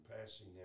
passing